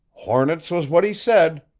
hornets was what he said,